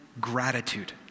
Gratitude